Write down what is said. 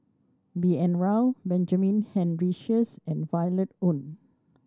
B N Rao Benjamin Henry Sheares and Violet Oon